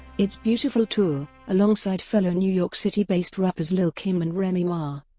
it's beautiful tour, alongside fellow new york city-based rappers lil' kim and remy ma.